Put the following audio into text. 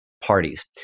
parties